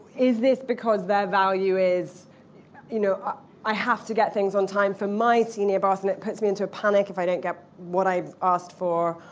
is this because their value is you know ah i have to get things on time for my senior boss and it puts me into a panic if i don't get what i've asked for,